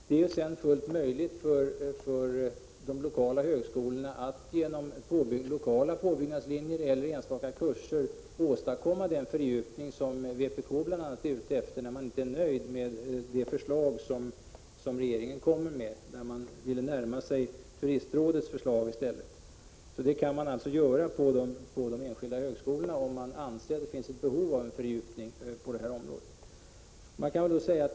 Det är sedan fullt möjligt för de lokala högskolorna att genom lokala påbyggnadslinjer eller enstaka kurser åstadkomma den fördjupning som vpk bl.a. är ute efter, när man inte är nöjd med det förslag som regeringen kommer med utan i stället vill närma sig Turistrådets förslag. Det kan man alltså göra på de enskilda högskolorna, om man anser att det finns behov av en fördjupning på det här området.